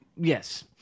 Yes